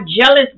jealous